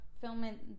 filming